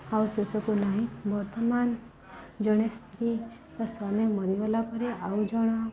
ଆଉ ସେସବୁ ନାହିଁ ବର୍ତ୍ତମାନ ଜଣେ ସ୍ତ୍ରୀ ତା' ସ୍ୱାମୀ ମରିଗଲା ପରେ ଆଉ ଜଣ